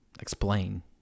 explain